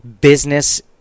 business